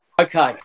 Okay